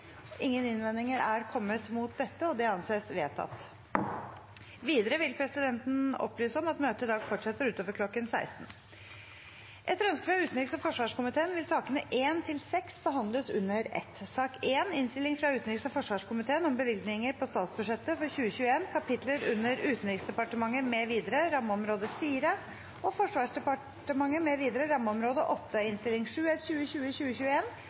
Ingen innvendinger er kommet mot dette – og det anses vedtatt. Videre vil presidenten opplyse om at møtet i dag forsetter utover kl. 16. Etter ønske fra utenriks- og forsvarskomiteen vil sakene nr. 1–6 behandles under ett. Etter ønske fra utenriks og forsvarskomiteen vil den fordelte taletid i debatten bli begrenset til 1 time og